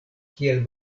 kiel